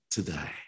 today